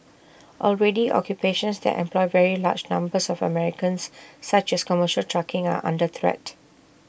already occupations that employ very large numbers of Americans such as commercial trucking are under threat